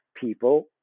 people